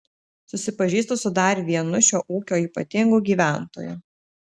susipažįstu su dar vienu šio ūkio ypatingu gyventoju